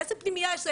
איזה פנימייה יש?